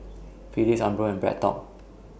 Phillips Umbro and BreadTalk